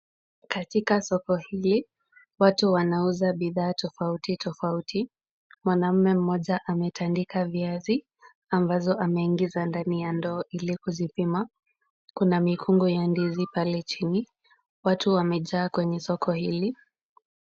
Katika soko hili, watu wanauza bidhaa tofauti tofauti. Mwanaume mmoja ametandika viazi ambazo ameingiza ndani ya ndoo ili kuzipima. Kuna mikungu ya ndizi pale chini. Watu wamejaa kenye soko hili.